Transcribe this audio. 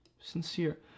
Sincere